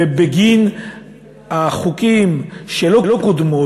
ובגין החוקים שלא קודמו,